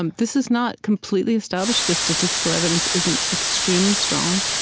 um this is not completely established. the statistical evidence isn't extremely strong,